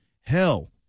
Hell